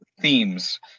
themes